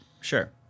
Sure